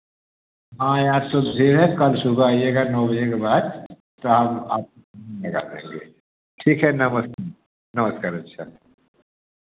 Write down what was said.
हाँ आज तो भीड़ है कल सुबह आईएगा नौ बजे के बाद तो आप आपका लगा देंगे ठीक है नमस्ते नमस्कार अच्छा